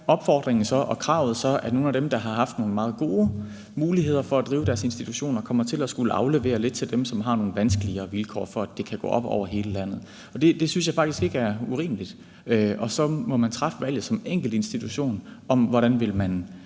er opfordringen og kravet så, at nogle af dem, der har haft nogle meget gode muligheder for at drive deres institution, kommer til at skulle aflevere lidt til dem, som har nogle vanskeligere vilkår, for at det kan gå op over hele landet. Det synes jeg faktisk ikke er urimeligt. Og så må man som enkelt institution træffe valget